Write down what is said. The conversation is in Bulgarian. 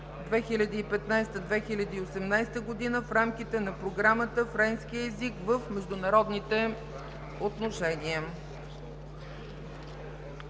(2015 – 2018 г.) в рамките на Програмата „Френския език в международните отношения”.